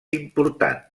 important